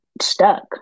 stuck